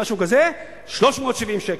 370 שקל.